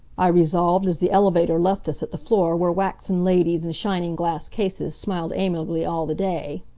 i resolved as the elevator left us at the floor where waxen ladies in shining glass cases smiled amiably all the day.